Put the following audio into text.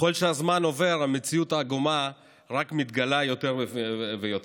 וככל שהזמן עובר המציאות העגומה רק מתגלה יותר ויותר.